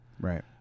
right